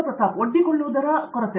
ಪ್ರತಾಪ್ ಹರಿಡೋಸ್ ಒಡ್ಡಿಕೊಳ್ಳುವುದರ ಕೊರತೆ